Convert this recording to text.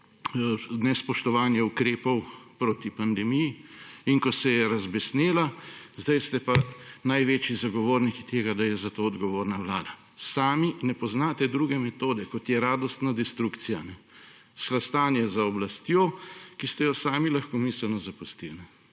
nespoštovanje ukrepov proti pandemiji in ko se je razbesnela – zdaj ste pa največji zagovorniki tega, da je za to odgovorna Vlada. Sami ne poznate druge metode, kot je radostna destrukcija, hlastanje za oblastjo, ki ste jo sami lahkomiselno zapustili.